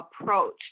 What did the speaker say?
approach